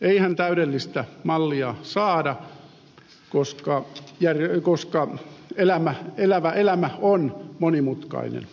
eihän täydellistä mallia saada koska elävä elämä on monimutkainen